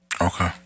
Okay